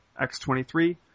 X-23